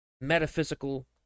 metaphysical